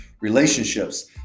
relationships